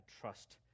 trust